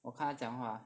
我看他讲话